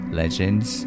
legends